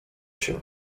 się